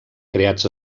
creats